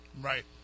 Right